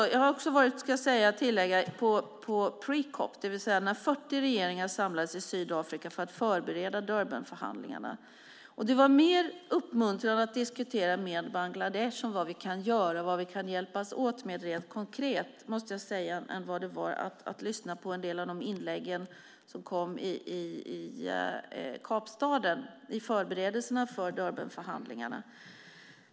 Jag vill också tillägga att jag har varit på pre-COP, det vill säga, 40 regeringar samlades i Sydafrika för att förbereda Durbanförhandlingarna. Det var mer uppmuntrande att diskutera med Bangladesh om vad vi kan göra och vad vi kan hjälpas åt med rent konkret, måste jag säga, än vad det var att lyssna på en del av de inlägg som kom i Kapstaden vid förberedelserna för Durbanförhandlingarna.